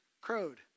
crowed